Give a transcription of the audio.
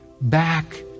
back